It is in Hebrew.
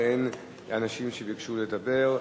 באין אנשים שביקשו לדבר.